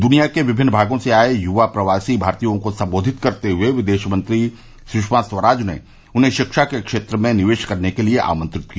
दुनिया के विभिन्न भागों से आये युवा प्रवासी भारतीयों को संबोधित करते हुए विदेश मंत्री सुषमा स्वराज ने उन्हें शिक्षा के क्षेत्र में निवेश करने के लिए आमंत्रित किया